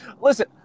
Listen